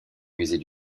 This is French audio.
musée